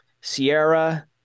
Sierra